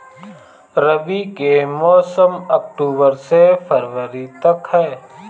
रबी के मौसम अक्टूबर से फ़रवरी तक ह